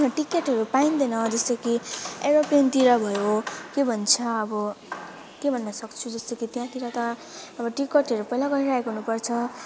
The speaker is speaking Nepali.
टिकटहरू पाइँदैन जस्तै कि एरोप्लेनतिर भयो के भन्छ अब के भन्न सक्छु जस्तो कि त्यहाँतिर त अब टिकटहरू पहिला गरिरहेको हुनु पर्छ